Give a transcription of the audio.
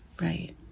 right